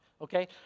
Okay